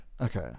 Okay